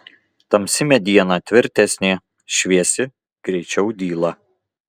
tamsi mediena tvirtesnė šviesi greičiau dyla